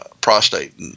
prostate